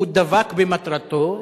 הוא דבק במטרתו,